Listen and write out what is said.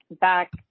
back